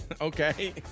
Okay